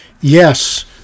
Yes